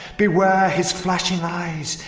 beware! his flashing eyes,